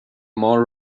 more